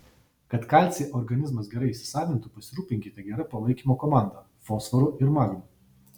kad kalcį organizmas gerai įsisavintų pasirūpinkite gera palaikymo komanda fosforu ir magniu